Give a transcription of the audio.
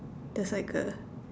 there's like a